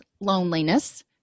loneliness